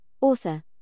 Author